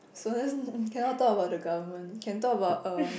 cannot talk about the government can talk about uh